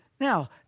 Now